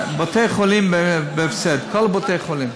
בתי-החולים בהפסד, כל בתי-החולים.